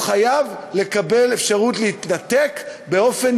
הוא חייב לקבל אפשרות להתנתק באופן